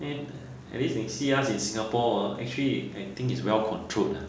then at least 你 see us in singapore ah actually I think is well-controlled ah